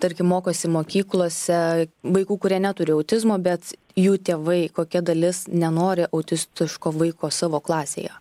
tarkim mokosi mokyklose vaikų kurie neturi autizmo bet jų tėvai kokia dalis nenori autistiško vaiko savo klasėje